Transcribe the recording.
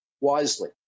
wisely